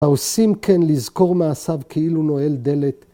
‫העושים כן לזכור מעשיו ‫כאילו נועל דלת.